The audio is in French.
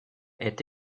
est